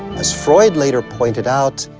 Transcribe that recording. as freud later pointed out,